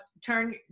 turn